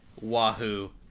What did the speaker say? wahoo